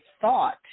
thought